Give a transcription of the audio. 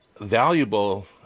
valuable